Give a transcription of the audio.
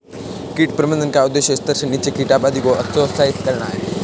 कीट प्रबंधन का उद्देश्य स्तर से नीचे कीट आबादी को हतोत्साहित करना है